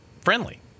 friendly